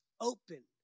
open